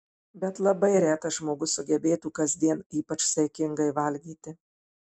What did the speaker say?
bet labai retas žmogus sugebėtų kasdien ypač saikingai valgyti